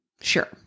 Sure